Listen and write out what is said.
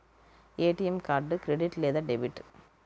ATM card credit లేదా debit?